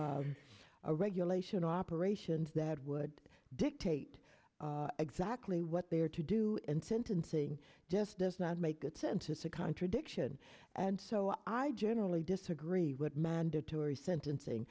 a regulation operations that would dictate exactly what they are to do and sentencing just does not make that sentence a contradiction and so i generally disagree with mandatory sentencing